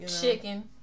Chicken